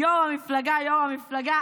יו"ר המפלגה, יו"ר המפלגה.